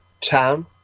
town